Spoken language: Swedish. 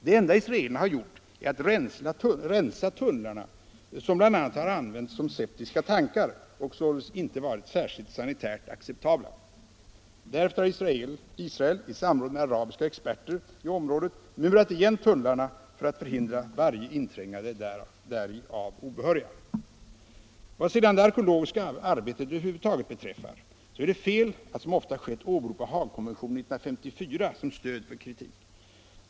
Det enda israelerna har gjort är att rensa tunnlarna som bl.a. har använts som septiska tankar och således inte varit särskilt sanitärt acceptabla. Därefter har Israel i samråd med arabiska experter i området murat igen tunnlarna för att förhindra varje inträngande däri av obehöriga. Vad det arkeologiska arbetet över huvud taget beträffar så är det fel att, som ofta skett, åberopa Haagkonventionen 1954 som stöd för kritik.